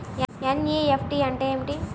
NEFT అంటే ఏమిటీ?